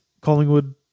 Collingwood